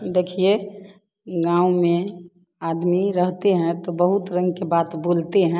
देखिए गाँव में आदमी रहते हैं तो बहुत रंग की बात बोलते है